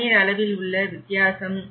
தண்ணீர் அளவில் உள்ள வித்தியாசம்